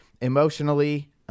emotionally